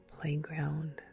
playground